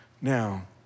Now